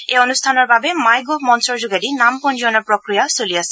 এই অনুষ্ঠানৰ বাবে মাইগভ মঞ্চৰ যোগেদি নাম পঞ্জীয়নৰ প্ৰক্ৰিয়া চলি আছে